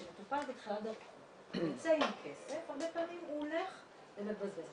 כשמטופל בתחילת דרכו יוצא עם כסף הרבה פעמים הוא הולך ומבזבז.